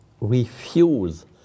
refuse